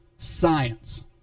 Science